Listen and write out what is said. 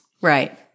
Right